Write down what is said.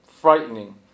frightening